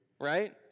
right